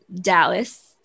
Dallas